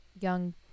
young